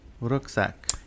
Rucksack